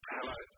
Hello